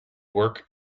work